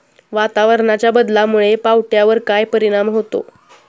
वातावरणाच्या बदलामुळे पावट्यावर काय परिणाम होतो?